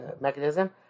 mechanism